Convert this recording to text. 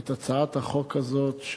את הצעת החוק הזאת,